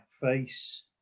face